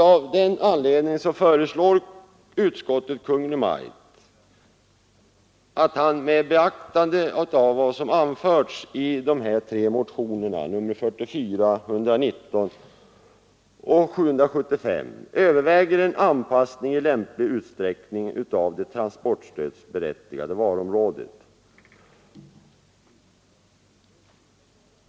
Av den anledningen föreslår utskottet att Kungl. Maj:t får i uppdrag att med beaktande av vad som anförts i de tre motionerna nr 44, 119 och 775 överväga en anpassning i lämplig utsträckning av det transportstödsberättigade varuområdet.